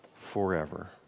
forever